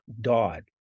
Dodd